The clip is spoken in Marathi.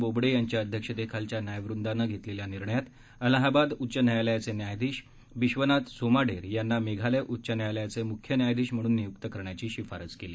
बोबडे यांच्या अध्यक्षतेखालच्या न्यायवंदाने घेतलेल्या निर्णयात अलाहाबाद उच्च न्यायालयाचे न्यायाधीश बिश्वनाथ सोमाडेर यांना मेघालय उच्च न्यायालयाचे मुख्य न्यायाधीश म्हणून निय्क्त करण्याची शिफारस केली